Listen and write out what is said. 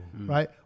right